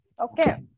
Okay